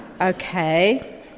Okay